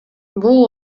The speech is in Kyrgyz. бул